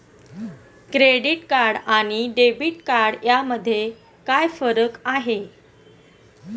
Credit card आणि debit card यामध्ये काय फरक आहे?